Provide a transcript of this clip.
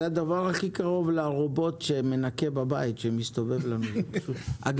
זה הדבר הכי קרוב לאיי-רובוט שמסתובב לנו בבית ומנקה בבית אותו.